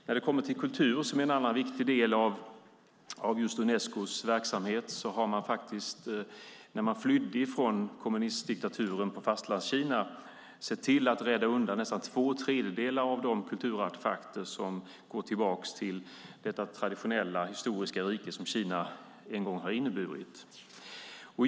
När det kommer till kultur, som är en annan viktig del av just Unescos verksamhet, har man faktiskt, när man flydde från kommunistdiktaturen på Fastlandskina, sett till att rädda undan nästan två tredjedelar av de kulturartefakter som går tillbaka till det traditionella historiska rike som Kina en gång har varit.